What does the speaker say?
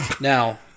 Now